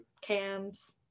Cams